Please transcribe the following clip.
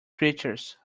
creatures